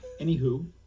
anywho